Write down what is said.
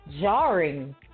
jarring